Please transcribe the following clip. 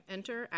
Enter